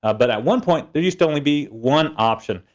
ah but at one point, there used to only be one option.